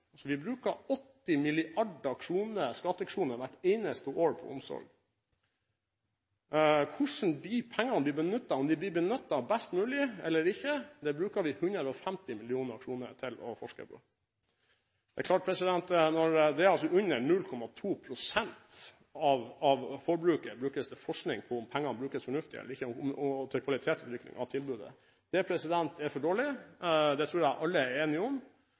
Hvordan de pengene blir benyttet – om de blir benyttet best mulig eller ikke – bruker vi 150 mill. kr til å forske på. Det er klart at når under 0,2 pst. av forbruket brukes til forskning på om pengene brukes fornuftig eller ikke, og til kvalitetssikring av tilbudet, er det for dårlig. Det tror jeg alle er enige om.